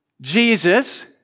Jesus